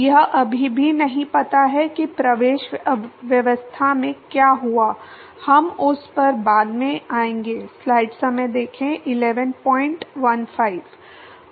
यह अभी भी नहीं पता है कि प्रवेश व्यवस्था में क्या हुआ हम उस पर बाद में आएंगे